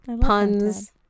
Puns